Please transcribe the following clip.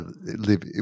live